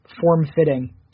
form-fitting